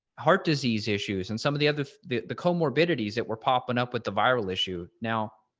heart disease issues and some of the other the the comorbidities that were popping up with the viral issue now,